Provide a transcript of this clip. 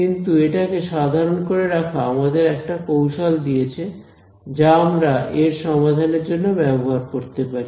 কিন্তু এটা কে সাধারণ করে রাখা আমাদের একটা কৌশল দিয়েছে যা আমরা এর সমাধানের জন্য ব্যবহার করতে পারি